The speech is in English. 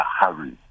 hurry